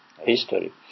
history